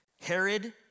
Herod